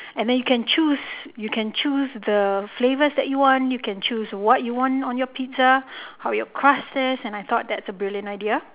and then you can choose you can choose the flavours that you want you can choose what you want on your pizza how your crust is and I thought that is a brilliant idea